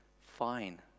fine